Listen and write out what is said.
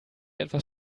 etwas